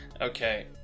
Okay